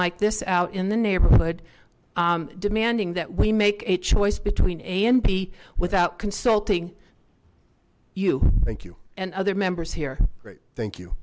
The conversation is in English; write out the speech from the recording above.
like this out in the neighborhood demanding that we make a choice between a and b without consulting you thank you and other members here great thank you